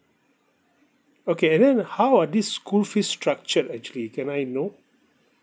okay and then uh how are these school fees structured actually can I know